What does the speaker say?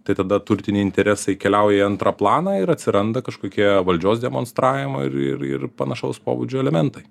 tai tada turtiniai interesai keliauja į antrą planą ir atsiranda kažkokie valdžios demonstravimo ir ir panašaus pobūdžio elementai